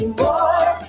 more